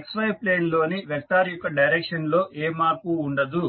XY plane లోని vector యొక్క direction లో ఏ మార్పూ ఉండదు